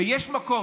ויש מקום,